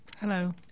Hello